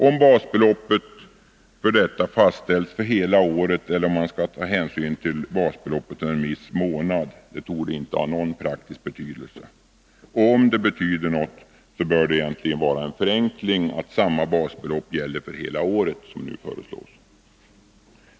Om basbeloppet för detta fastställs för hela året eller om man skall ta hänsyn till basbeloppet för en viss månad torde inte ha någon praktisk betydelse. Om det betyder något, bör det egentligen vara en förenkling att samma basbelopp gäller för hela året, som nu föreslås.